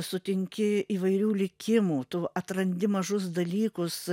sutinki įvairių likimų tu atrandi mažus dalykus